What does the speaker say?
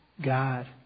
God